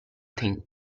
think